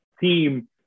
Team